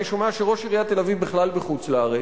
אני שומע שראש עיריית תל-אביב בכלל בחוץ-לארץ.